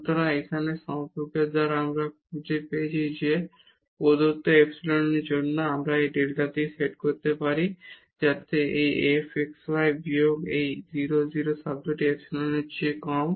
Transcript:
সুতরাং এখানে এই সম্পর্কের দ্বারা আমরা খুঁজে পেয়েছি যে প্রদত্ত ইপসিলনের জন্য আমরা এই ডেল্টাটি সেট করতে পারি যাতে এই f xy বিয়োগ এই 0 0 শব্দটি এপসাইলনএর চেয়ে কম